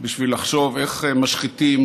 בשביל לחשוב איך משחיתים